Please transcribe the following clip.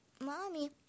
mommy